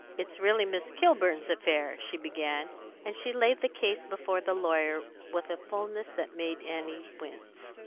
it's really miss kilburn's affair, she began and she laid the case before the lawyer with a fulness that made annie wince.